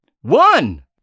one